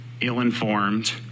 ill-informed